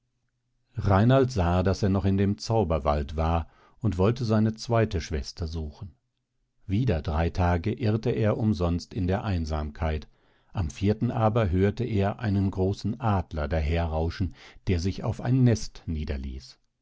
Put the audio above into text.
reinald sah daß er noch in dem zauberwald war und wollte seine zweite schwester suchen wieder drei tage irrte er umsonst in der einsamkeit am vierten aber hörte er einen großen adler daher rauschen der sich auf ein nest niederließ